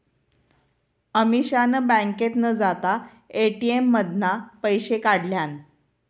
अमीषान बँकेत न जाता ए.टी.एम मधना पैशे काढल्यान